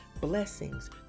blessings